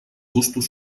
gustos